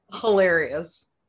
Hilarious